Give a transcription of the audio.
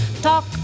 talk